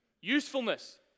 Usefulness